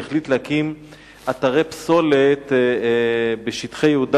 שהחליט להקים אתרי פסולת בשטחי יהודה